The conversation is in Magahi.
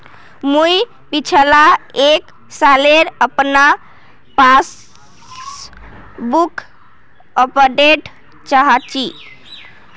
मुई पिछला एक सालेर अपना पासबुक अपडेट चाहची?